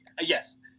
yes